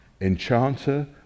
enchanter